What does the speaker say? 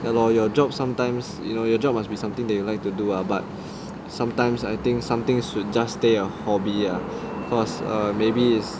ya lor your job sometimes you know your job must be something that you like to do ah but sometimes I think something you should just stay a hobby ah cause or maybe is